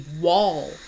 wall